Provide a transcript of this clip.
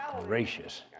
gracious